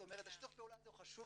זאת אומרת שיתוף הפעולה הזה הוא חשוב